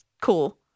cool